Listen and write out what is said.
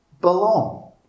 belong